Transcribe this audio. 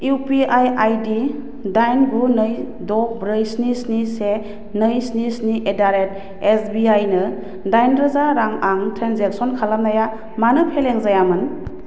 U P आइ ID दाइन गु नै द' ब्रै स्नि स्नि से नै स्नि स्नि एटडारेट एस बि आय नो दायनरोजा रां आं ट्रेन्जेक्सन खालामनाया मानो फेलें जायामोन